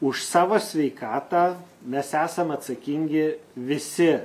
už savo sveikatą nes esam atsakingi visi